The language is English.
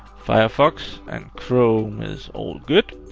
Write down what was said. firefox, and chrome is all good.